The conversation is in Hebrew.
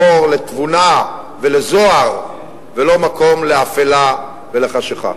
מקור לתבונה ולזוהר, ולא מקום לאפלה ולחשכה.